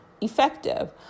effective